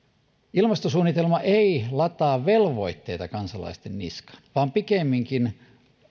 ilmastosuunnitelma ei lataa velvoitteita kansalaisten niskaan vaan pikemminkin